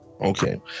okay